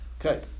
Okay